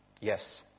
Yes